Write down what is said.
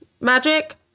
magic